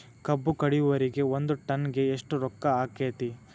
ಕಬ್ಬು ಕಡಿಯುವರಿಗೆ ಒಂದ್ ಟನ್ ಗೆ ಎಷ್ಟ್ ರೊಕ್ಕ ಆಕ್ಕೆತಿ?